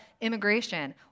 immigration